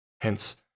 hence